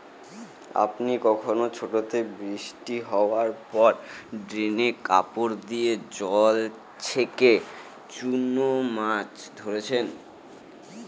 আপনি কখনও ছোটোতে বৃষ্টি হাওয়ার পর ড্রেনে কাপড় দিয়ে জল ছেঁকে চুনো মাছ ধরেছেন?